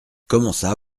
commença